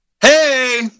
Hey